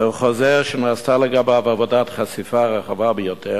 זהו חוזר שנעשתה לגביו עבודת חשיפה רחבה ביותר: